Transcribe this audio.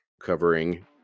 covering